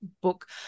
book